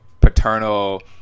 paternal